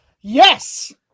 Yes